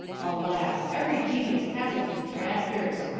alas! every genius has its detractors.